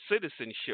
citizenship